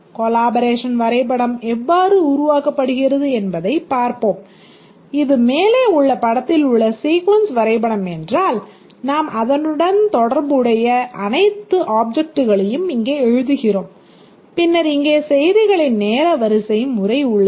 collaboration வரைபடம் எவ்வாறு உருவாக்கப்படுகிறது என்பதைப் பார்ப்போம் இது மேலே உள்ள படத்தில் உள்ள சீக்வென்ஸ் வரைபடம் என்றால் நாம் அதனுடன் தொடர்புடைய அனைத்து ஆப்ஜெக்ட்களையும் இங்கே எழுதுகிறோம் பின்னர் இங்கே செய்திகளின் நேர வரிசை முறை உள்ளது